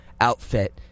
outfit